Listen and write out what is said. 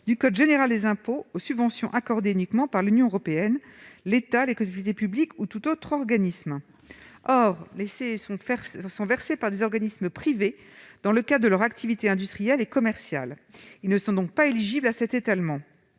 du code général des impôts aux subventions accordées uniquement par « l'Union européenne, l'État, les collectivités publiques ou tout autre organisme public ». Or les CEE sont attribués par des organismes privés dans le cadre de leur activité industrielle et commerciale. Ils ne sont donc pas éligibles à cet étalement.